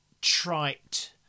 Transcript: trite